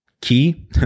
key